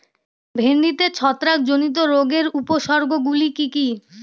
ভিন্ডিতে ছত্রাক জনিত রোগের উপসর্গ গুলি কি কী?